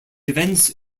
events